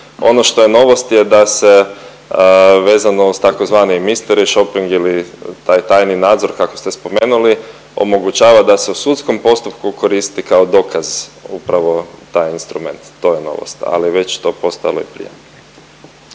Ono što je novost je da se vezano uz tzv. mystery shopping ili taj tajni nadzor kako ste spomenuli omogućava da se u sudskom postupku koristi kao dokaz upravo taj instrument. To je novost, ali već je to postojalo i prije.